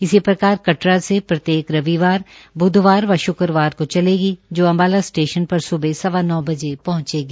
इसी प्रकार कटरा से प्रत्येक रविवार ब्धवार व शुक्रवार को चलेगी जो अम्बाला स्टेशन पर सुबह सवा नौ बजे पहंचेगी